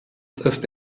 ist